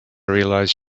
realized